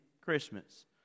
Christmas